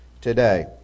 today